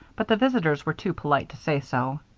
but the visitors were too polite to say so.